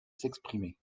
s’exprimer